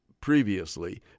previously